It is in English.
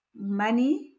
money